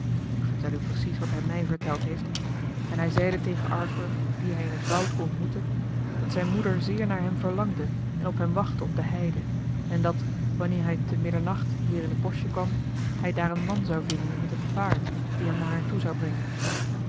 daarheen ik vertel u precies wat hij mij verteld heeft en hij zeide tegen arthur dien hij in het woud ontmoette dat zijn moeder zeer naar hem verlangde en op hem wachtte op de heide en dat wanneer hij te middernacht weer in het boschje kwam hij daar een man zou vinden met een paard die hem naar haar toe zou brengen